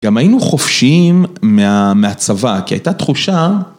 גם היינו חופשיים מהצבא, כי הייתה תחושה...